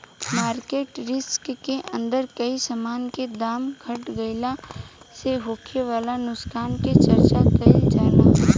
market risk के अंदर कोई समान के दाम घट गइला से होखे वाला नुकसान के चर्चा काइल जाला